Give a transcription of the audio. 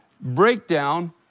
breakdown